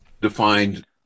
defined